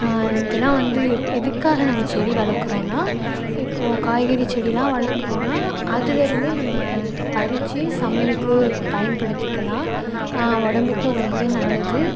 இதெல்லாம் வந்து எப் எதுக்காக நம்ம செடி வளர்க்குறோன்னா இப்போது காய்கறிச்செடிலாம் வளர்க்குறோனா அதுலேருந்தே நம்ம பறிச்சு சமையலுக்கு பயன்படுத்திக்கலாம் உடம்புக்கும் ரொம்பவே நல்லது